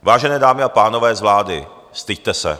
Vážené dámy a pánové z vlády, styďte se!